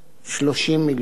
30 מיליון ש"ח,